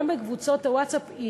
גם בקבוצות הווטסאפ,